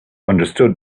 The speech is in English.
understood